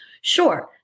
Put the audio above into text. Sure